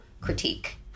critique